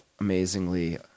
amazingly